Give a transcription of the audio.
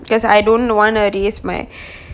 because I don't want to risk my